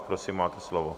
Prosím, máte slovo.